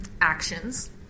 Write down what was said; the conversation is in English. actions